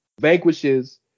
vanquishes